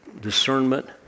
discernment